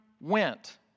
went